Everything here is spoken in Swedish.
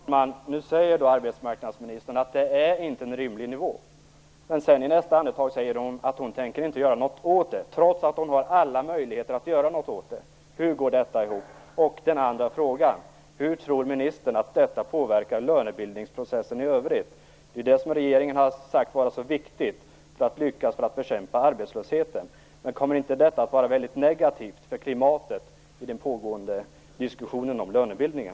Fru talman! Nu säger arbetsmarknadsministern att det inte är en rimlig nivå. I nästa andetag säger hon att hon inte tänker göra någonting åt det, trots att hon har alla möjligheter att göra någonting åt det. Hur går detta ihop? Hur tror ministern att detta påverkar lönebildningsprocessen i övrigt? Det är den som regeringen har sagt vara så viktig för att lyckas bekämpa arbetslösheten. Kommer inte detta att vara väldigt negativt för klimatet i den pågående diskussionen om lönebildningen?